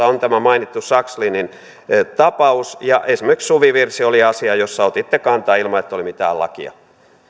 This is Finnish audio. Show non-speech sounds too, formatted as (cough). (unintelligible) on tämä mainittu sakslinin tapaus ja esimerkiksi suvivirsi oli asia jossa otitte kantaa ilman että oli mitään lakia